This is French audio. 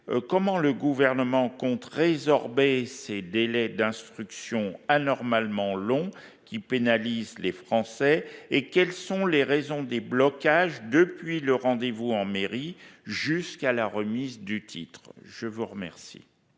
comment le Gouvernement compte résorber ces délais d'instruction anormalement longs, qui pénalisent les Français, et de m'expliquer les raisons de ces blocages, depuis le rendez-vous en mairie jusqu'à la remise du titre. La parole